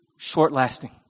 short-lasting